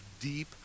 deep